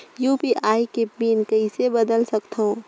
UPI के pin कइसे बदल सकथव?